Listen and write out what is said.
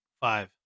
Five